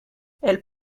elle